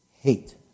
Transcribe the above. Hate